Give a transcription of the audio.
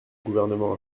gouvernement